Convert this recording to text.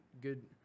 good